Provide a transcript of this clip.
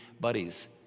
buddies